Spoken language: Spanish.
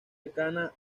cercana